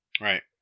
Right